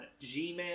Gmail